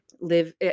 Live